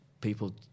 people